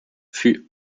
fut